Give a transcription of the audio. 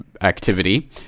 activity